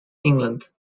england